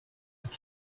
with